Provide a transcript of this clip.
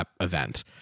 event